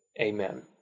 Amen